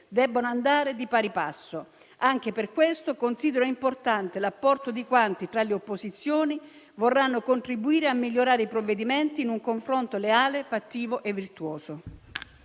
debbano andare di pari passo. Anche per questo considero importante l'apporto di quanti, tra le opposizioni, vorranno contribuire a migliorare i provvedimenti in un confronto leale, fattivo e virtuoso.